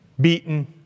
beaten